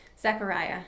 Zechariah